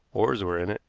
oars were in it,